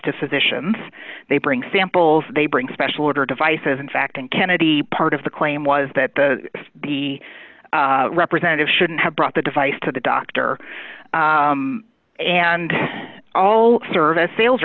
to physicians they bring samples they bring special order devices in fact and kennedy part of the claim was that the the representative shouldn't have brought the device to the doctor and all service sales